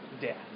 death